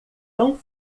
tão